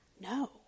no